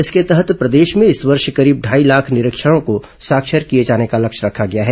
इसके तहत प्रदेश में इस वर्ष करीब ढाई लाख निरक्षरों को साक्षर किए जाने का लक्ष्य रखा गया है